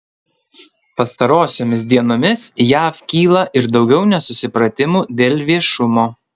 pastarosiomis dienomis jav kyla ir daugiau nesusipratimų dėl viešumo